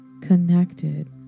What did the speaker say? connected